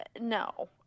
no